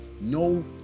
No